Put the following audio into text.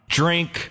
drink